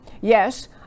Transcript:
Yes